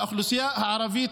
לאוכלוסייה הערבית